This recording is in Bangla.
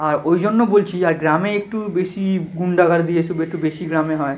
আর ওই জন্য বলছি আর গ্রামে একটু বেশিই গুন্ডাগার্দি এ সব একটু বেশি গ্রামে হয়